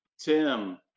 Tim